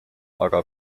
aga